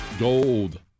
Gold